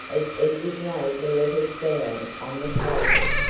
as edward laid the letters down on the table.